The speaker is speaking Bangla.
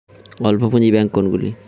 অল্প পুঁজি ব্যাঙ্ক কোনগুলি?